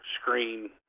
screen